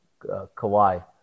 Kawhi